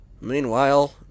Meanwhile